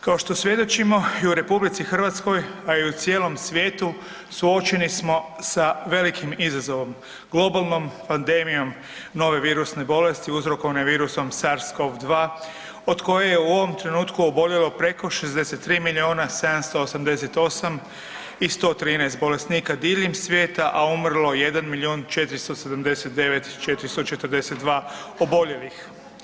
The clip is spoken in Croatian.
Kao što svjedočimo i u RH, a i cijelom svijetu suočeni smo sa velikim izazovom, globalnom pandemijom nove virusne bolesti uzrokovane virusom SARS-CoV-2 od koje je u ovom trenutku oboljelo preko 63 milijuna 788 i 113 bolesnika diljem svijeta, a umrlo je 1 milijun 489, 442 oboljelih.